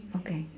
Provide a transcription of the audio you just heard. okay